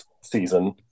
season